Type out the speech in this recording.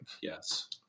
yes